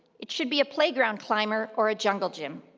it should be a playground climber or a jungle gym.